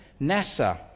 NASA